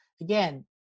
again